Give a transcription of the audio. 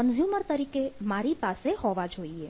consumer તરીકે મારી પાસે હોવા જોઈએ